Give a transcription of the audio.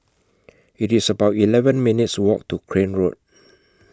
It's about eleven minutes' Walk to Crane Road